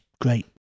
great